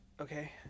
okay